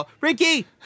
Ricky